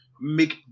make